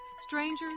strangers